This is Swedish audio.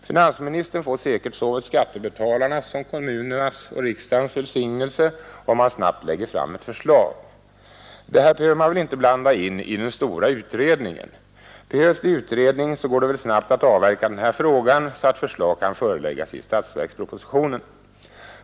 Finansministern får säkert såväl skattebetalarnas som kommunernas och riksdagens välsignelse om han snabbt lägger fram ett förslag. Det här behöver man inte blanda in i den stora utredningen. Behövs det utredning går det väl snabbt att avverka den här frågan så att förslag kan framläggas i statsverkspropositionen.